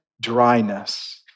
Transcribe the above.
dryness